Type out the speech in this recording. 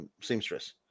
seamstress